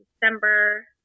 December